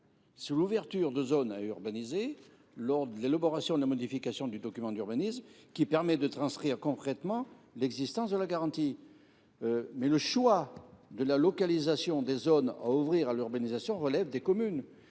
la définition de zones à urbaniser lors de l’élaboration ou de la modification du document d’urbanisme qui permet de transcrire concrètement l’existence de la garantie. Le choix de la localisation des zones à ouvrir à l’urbanisation relève des communes,